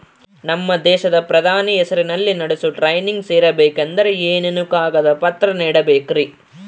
ನಮ್ಮ ದೇಶದ ಪ್ರಧಾನಿ ಹೆಸರಲ್ಲಿ ನಡೆಸೋ ಟ್ರೈನಿಂಗ್ ಸೇರಬೇಕಂದರೆ ಏನೇನು ಕಾಗದ ಪತ್ರ ನೇಡಬೇಕ್ರಿ?